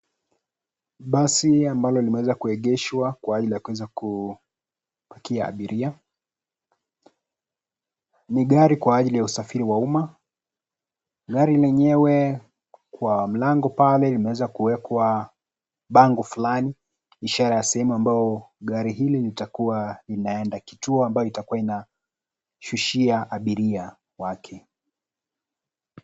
Basi ambalo limeweza kuegeshwa kwa hali ya kuweza kupakia abiria. Ni gari kwa ajili ya usafiri wa umma, gari lenyewe kwa mlango pale limeweza kuwekwa bango fulani ishara ya sehemu ambayo gari hili litakuwa linaenda, kituo ambayo itakuwa inashushia abiria wake.